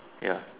ya